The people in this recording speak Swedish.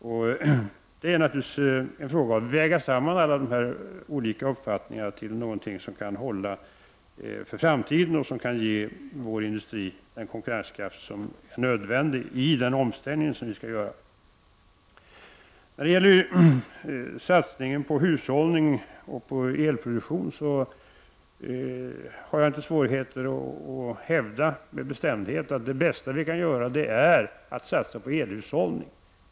Man måste naturligtvis väga samman alla dessa olika uppfattningar till någonting som kan hålla inför framtiden och som kan ge vår industri den konkurrenskraft som är nödvändig i den omställning som vi skall genomföra. När det gäller satsningen på hushållning och elproduktion hävdar jag med bestämdhet att det bästa vi kan göra är att satsa på elhushållning.